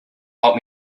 help